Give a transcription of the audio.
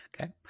Okay